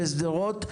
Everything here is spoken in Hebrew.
בשדרות,